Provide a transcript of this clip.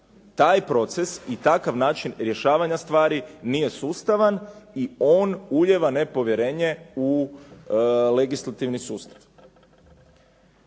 Taj proces i takav način rješavanja stvari nije sustavan i on ulijeva nepovjerenje u legislativni sustav.